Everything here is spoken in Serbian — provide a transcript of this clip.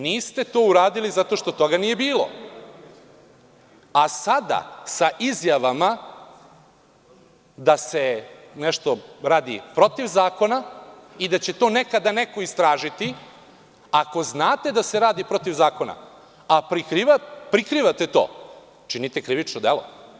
Niste to uradili zato što toga nije bilo, a sada sa izjavama da se nešto radi protiv zakona i da će to nekada neko istražiti, ako znate da se radi protiv zakona, a prikrivate to, činite krivično delo.